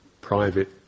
private